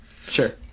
Sure